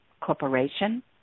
corporation